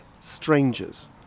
strangers